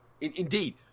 Indeed